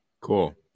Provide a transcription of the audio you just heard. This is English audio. Cool